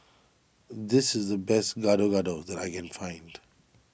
this is the best Gado Gado that I can find